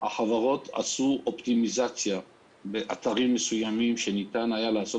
החברות עשו אופטימיזציה באתרים מסוימים שניתן היה לעשות